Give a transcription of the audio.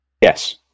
Yes